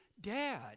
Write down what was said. dad